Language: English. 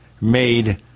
made